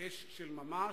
אש של ממש,